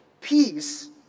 peace